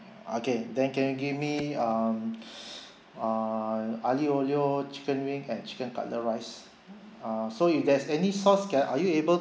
okay then can you give me um err aglio olio chicken wing and chicken cutlet rice uh so if there's any sauce can are you able